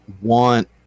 want